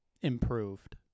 improved